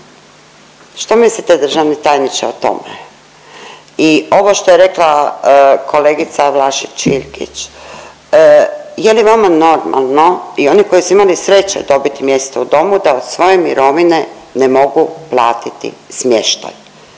Što mislite državni tajniče o tome? I ovo što je rekla kolegica Vlašić Iljkić je li vama normalno i oni koji su imali sreće dobiti mjesto u domu da od svoje mirovine ne mogu platiti smještaj